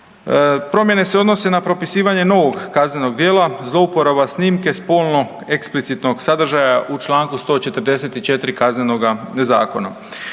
Promjene se odnose na propisivanje novog kaznenog djela, zlouporaba snimke spolno eksplicitnog sadržaja u čl. 144 Kaznenoga zakona.